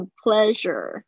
pleasure，